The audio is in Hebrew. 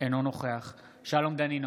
אינו נוכח שלום דנינו,